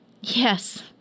Yes